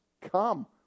come